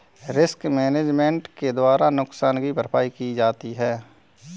risk management के द्वारा नुकसान की भरपाई की जाती है